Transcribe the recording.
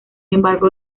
embargo